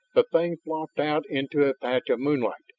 the thing flopped out into a patch of moonlight.